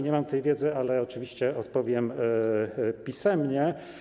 Nie mam tej wiedzy, ale oczywiście odpowiem pisemnie.